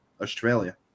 Australia